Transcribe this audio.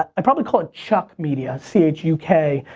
ah i'd probably call it chuk media, c h u k,